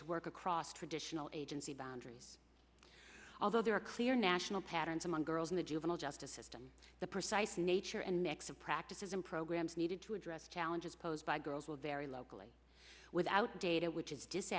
to work across traditional agency boundaries although there are clear national patterns among girls in the juvenile justice system the precise nature and mix of practices and programs needed to address challenges posed by girls were very locally without data which is